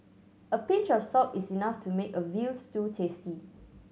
a pinch of salt is enough to make a veal stew tasty